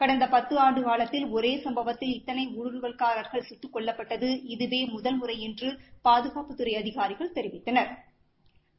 கடந்த பத்து ஆண்டு காலத்தில் ஒரே சம்பவத்தில் இத்தனை ஊடுறுவல்காரர்கள் சுட்டுக் கொல்லப்பட்டது இதுவே முதல்முறை என்று பாதுகாப்புத்துறை அதிகாரிகள் தெரிவித்தனா்